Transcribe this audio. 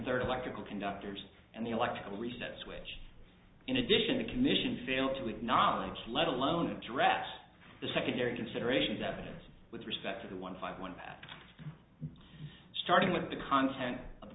third electrical conductors and the electrical reset switch in addition to commission fail to acknowledge let alone address the secondary consideration that is with respect to the one five one starting with the content of the